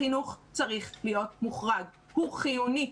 החינוך צריך להיות מוחרג, הוא חיוני.